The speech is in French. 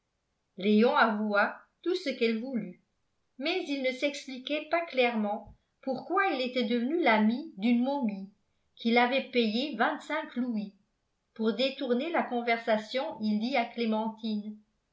léon avoua tout ce qu'elle voulut mais il ne s'expliquait pas clairement pourquoi il était devenu l'ami d'une momie qu'il avait payée vingt-cinq louis pour détourner la conversation il dit à clémentine